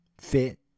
fit